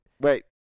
Wait